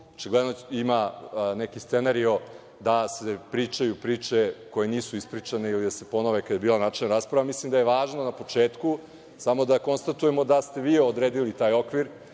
očigledno ima neki scenario da se pričaju priče koje nisu ispričane ili da se ponove kada je bila načelna rasprava. Mislim da je važno na početku samo da konstatujemo da ste vi odredili taj okvir